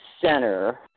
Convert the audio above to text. center